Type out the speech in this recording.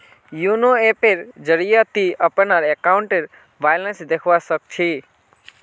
YONO ऐपेर जरिए ती अपनार अकाउंटेर बैलेंस देखवा सख छि